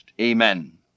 Amen